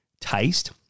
taste